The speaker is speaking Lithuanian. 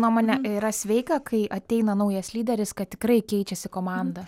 nuomone yra sveika kai ateina naujas lyderis kad tikrai keičiasi komanda